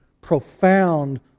profound